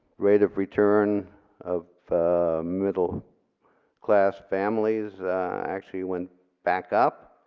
rate of return of middle class families actually went back up.